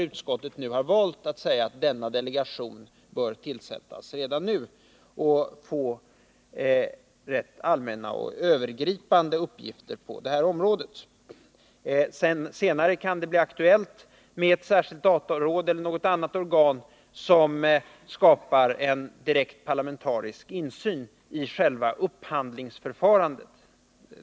Utskottet har emellertid valt att säga att denna delegation bör tillsättas redan nu och få allmänna och genomgripande uppgifter på detta område. Senare kan det bli aktuellt med ett särskilt dataråd eller något annat organ som kan skapa en direkt parlamentarisk insyn i själva upphandlingsförfarandet.